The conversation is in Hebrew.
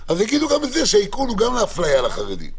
וכרגע הטכנולוגיה השנייה שעומדת על הפרק זה